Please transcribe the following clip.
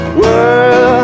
world